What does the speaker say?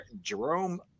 Jerome